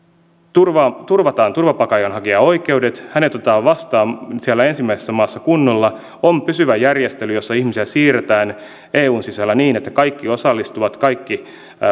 turvataan turvapaikanhakijan oikeudet hänet otetaan vastaan siellä ensimmäisessä maassa kunnolla ja on pysyvä järjestely jossa ihmisiä siirretään eun sisällä niin että kaikki osallistuvat kaikki